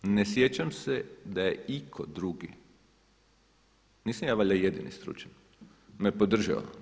Ne sjećam se da je itko drugi, nisam ja valjda jedini stručnjak, me podržao.